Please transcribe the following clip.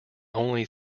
only